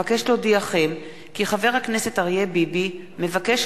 אבקש להודיעכם כי חבר הכנסת אריה ביבי מבקש